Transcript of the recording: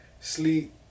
sleep